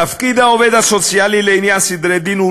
תפקיד העובד הסוציאלי לעניין סדרי דין הוא